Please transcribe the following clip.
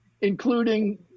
including